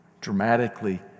dramatically